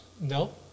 No